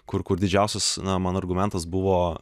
kur kur didžiausias na man argumentas buvo